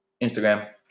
Instagram